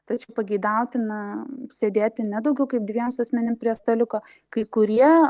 tačiau pageidautina sėdėti ne daugiau kaip dviems asmenim prie staliuko kai kurie